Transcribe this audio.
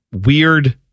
weird